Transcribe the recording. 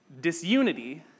Disunity